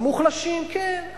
המוחלשים, כן.